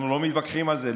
אנחנו לא מתווכחים על זה.